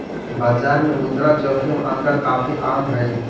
बाजार में मुद्रा जोखिम आजकल काफी आम हई